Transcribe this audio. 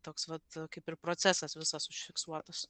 toks vat kaip ir procesas visas užfiksuotas